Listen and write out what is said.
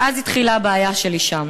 ואז התחילה הבעיה שלי שם"